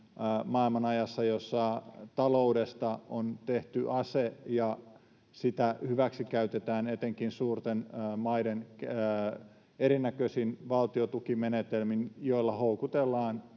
maailmanajassa, jossa taloudesta on tehty ase ja sitä hyväksikäytetään etenkin suurten maiden erinäköisin valtiontukimenetelmin, joilla houkutellaan